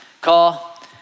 call